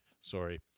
Sorry